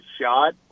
shot